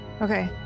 Okay